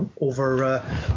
over